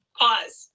pause